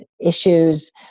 issues